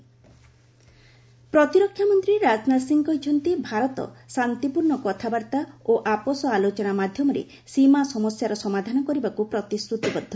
Rajnath statement ପ୍ରତିରକ୍ଷା ମନ୍ତ୍ରୀ ରାଜନାଥ ସିଂହ କହିଛନ୍ତି ଭାରତ ଶାନ୍ତିପୂର୍ଣ୍ଣ କଥାବାର୍ତ୍ତା ଓ ଆପୋଷ ଆଲୋଚନା ମାଧ୍ୟମରେ ସୀମା ସମସ୍ୟାର ସମାଧାନ କରିବାକୁ ପ୍ରତିଶ୍ରତିବଦ୍ଧ